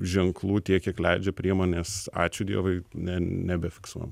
ženklų tiek kiek leidžia priemonės ačiū dievui ne nebefiksuojam